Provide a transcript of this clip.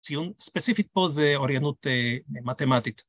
ספציפית פה זה אוריינות מתמטית.